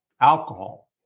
alcohol